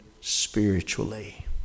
spiritually